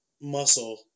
muscle